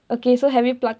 okay so have you plugged